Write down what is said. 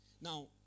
Now